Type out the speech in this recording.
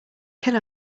kill